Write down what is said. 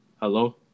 hello